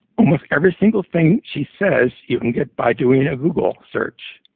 almost every single thing she says you can get by doing a google search.